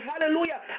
hallelujah